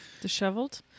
Disheveled